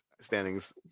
standings